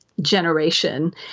generation